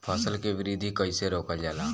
फसल के वृद्धि कइसे रोकल जाला?